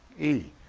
e.